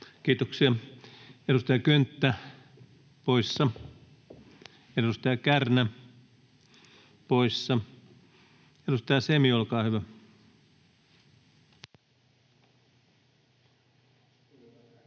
Kiitoksia. — Edustaja Könttä poissa, edustaja Kärnä, poissa. — Edustaja Semi, olkaa hyvä.